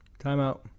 Timeout